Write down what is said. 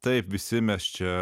taip visi mes čia